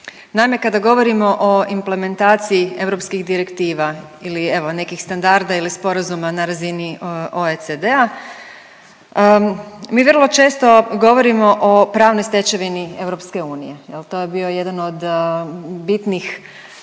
Naime, kada govorimo o implementaciji europskih direktiva ili evo, nekih standarda ili sporazuma na razini OECD-a mi vrlo često govorimo o pravnoj stečevini EU, jel to je bio jedan od bitnih